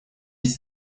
эти